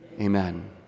Amen